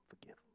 forgive